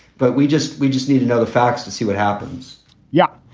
but we just we just need to know the facts to see what happens yeah.